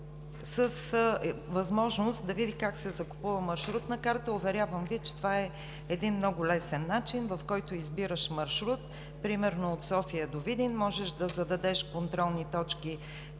с възможност да види как се закупува маршрутна карта. Уверявам Ви, че това е един много лесен начин, в който избираш маршрут – примерно от София до Видин, можеш да зададеш контролни точки